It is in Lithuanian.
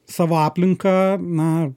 savo aplinką na